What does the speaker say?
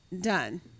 done